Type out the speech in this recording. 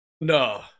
No